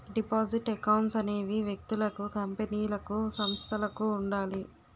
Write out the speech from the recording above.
deposit accounts అనేవి వ్యక్తులకు కంపెనీలకు సంస్థలకు ఉండాలి